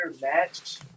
match